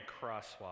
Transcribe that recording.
Crosswalk